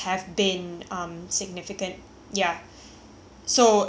so anyway how how can I send them over how can I uh get my compensation